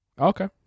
Okay